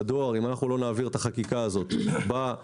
אם אנחנו לא נעביר את החקיקה הזאת במושב